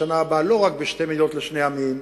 לא רק בשתי מדינות לשני עמים,